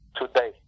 today